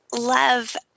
love